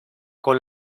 con